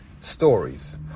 stories